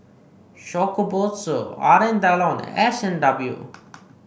Shokubutsu Alain Delon and S and W